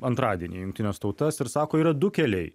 antradienį į jungtines tautas ir sako yra du keliai